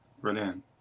Brilliant